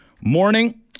morning